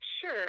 Sure